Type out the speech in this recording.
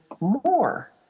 more